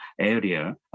area